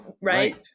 Right